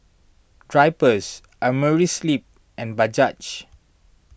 Drypers Amerisleep and Bajaj